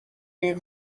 این